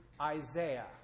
Isaiah